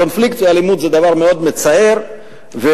קונפליקט ואלימות זה דבר מצער מאוד,